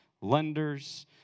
lenders